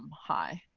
um high.